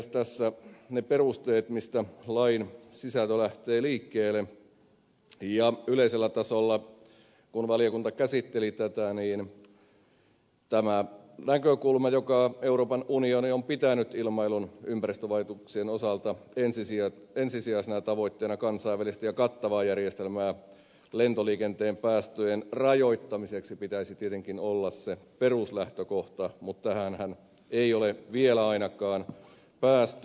tässä ovat ne perusteet mistä lain sisältö lähtee liikkeelle ja yleisellä tasolla kun valiokunta käsitteli tätä tämän näkökulman jota euroopan unioni on pitänyt ilmailun ympäristövaikutuksien osalta ensisijaisena tavoitteenaan kansainvälisen ja kattavan järjestelmän luomista lentoliikenteen päästöjen rajoittamiseksi pitäisi tietenkin olla se peruslähtökohta mutta tähänhän ei ole ainakaan vielä päästy